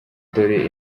dore